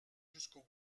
jusqu’au